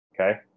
okay